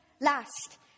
last